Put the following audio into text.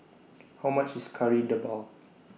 How much IS Kari Debal